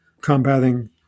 combating